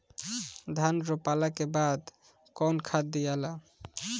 धान रोपला के बाद कौन खाद दियाला?